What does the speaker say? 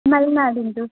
ಮಲೆನಾಡಿಂದು